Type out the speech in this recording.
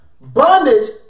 Bondage